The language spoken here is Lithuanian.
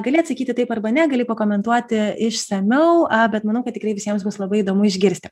gali atsakyti taip arba ne gali pakomentuoti išsamiau bet manau kad tikrai visiems bus labai įdomu išgirsti